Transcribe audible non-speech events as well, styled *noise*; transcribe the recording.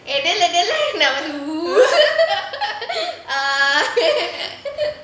eh then இடைல இடைல நமக்கு:idaila idaila namakku oo *laughs* uh *laughs*